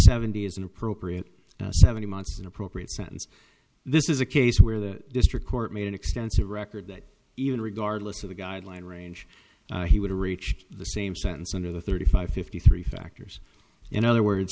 seventy is an appropriate seventy months an appropriate sentence this is a case where the district court made an extensive record that even regardless of the guideline range he would reach the same sentence under the thirty five fifty three factors in other words